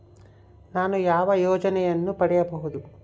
ನಾನು ಯಾವ ಯೋಜನೆಯನ್ನು ಪಡೆಯಬಹುದು?